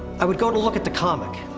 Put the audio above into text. i would go to look at the comic!